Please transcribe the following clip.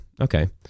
okay